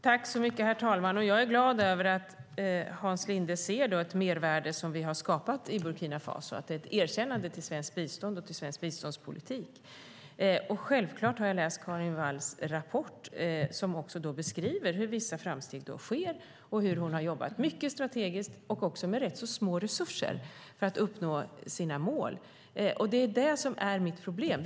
Herr talman! Jag är glad över att Hans Linde ser det mervärde som vi har skapat i Burkina Faso. Det är ett erkännande till svenskt bistånd och till svensk biståndspolitik. Självklart har jag läst Carin Walls rapport som också beskriver hur vissa framsteg sker och hur hon har jobbat mycket strategiskt och också med rätt små resurser för att uppnå sina mål. Det är det som är mitt problem.